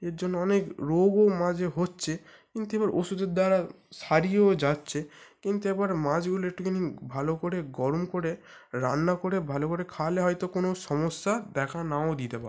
এর জন্য অনেক রোগও মাঝে হচ্ছে কিন্তু আবার ওষুধের দ্বারা সেরেও যাচ্ছে কিন্তু একবার মাছগুলো একটুখানি ভালো করে গরম করে রান্না করে ভালো করে খাওয়ালে হয়তো কোনো সমস্যা দেখা নাও দিতে পারে